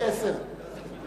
חבר הכנסת